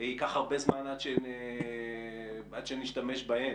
וייקח הרבה זמן עד שנשתמש בהן,